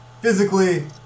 physically